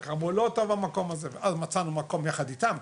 אחר כך אמרו לא טוב המקום הזה ואז מצאנו מקום יחד איתם,